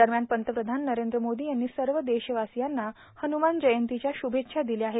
दरम्यान पंतप्रधान नरेंद्र मोदी यांनी सर्व देशवासियांना हनुमान जयंतीच्या शुभेच्छा दिल्या आहेत